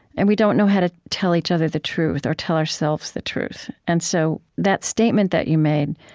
and we don't know how to tell each other the truth or tell ourselves the truth. and so that statement that you made,